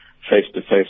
face-to-face